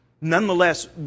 nonetheless